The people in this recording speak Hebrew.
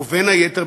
ובין היתר,